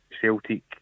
Celtic